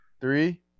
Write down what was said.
Three